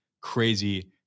crazy